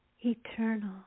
eternal